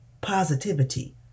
positivity